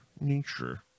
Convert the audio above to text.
nature